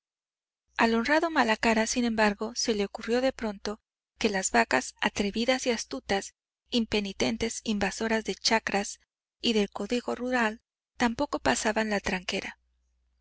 al honrado malacara sin embargo se le ocurrió de pronto que las vacas atrevidas y astutas impenitentes invasoras de chacras y del código rural tampoco pasaban la tranquera